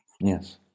Yes